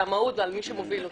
על המהות ועל מי שמוביל אותה.